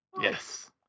Yes